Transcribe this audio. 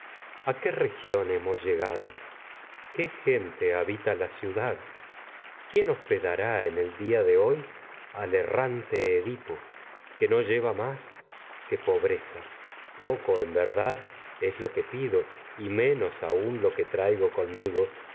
a qué dad región hemos llegado qué gente habita la ciu en quién hospedará el día de hoy al errante edi po que no que lleva más que pobreza poco en verdad es lo menos pido y aún lo que traigo conmigo